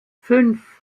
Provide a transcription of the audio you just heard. fünf